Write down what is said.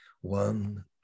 One